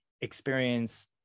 experience